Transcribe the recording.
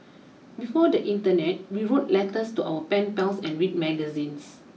before the Internet we wrote letters to our pen pals and read magazines